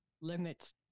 limits